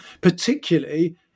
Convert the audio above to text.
particularly